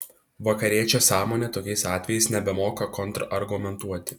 vakariečio sąmonė tokiais atvejais nebemoka kontrargumentuoti